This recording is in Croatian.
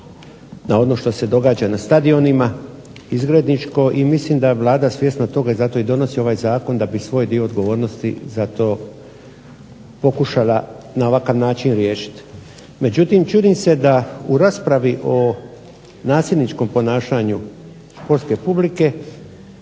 na ono što se događa na stadionima izgredničko i mislim da Vlada svjesno radi toga zato i donosi ovaj zakon da bi svoj dio odgovornosti za to pokušala na ovakav način riješiti. Međutim čudim se da u raspravi o nasilničkom ponašanju športske publike